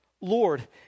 Lord